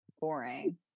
boring